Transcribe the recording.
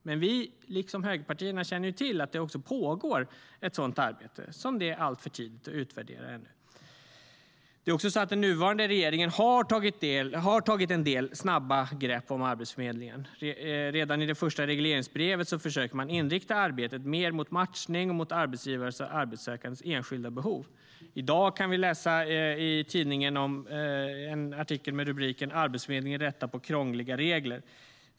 Men vi, liksom högerpartierna, känner till att det pågår ett sådant arbete, som det ännu är alltför tidigt att utvärdera. Det är också så att den nuvarande regeringen har tagit en del snabba grepp om Arbetsförmedlingen. Redan i det första regleringsbrevet försökte man inrikta arbetet mer mot matchning och mot arbetsgivares och arbetssökandes enskilda behov. I dag kan vi i tidningen läsa en artikel med rubriken: "Arbetsförmedlingen lättar på 'krångliga' regler".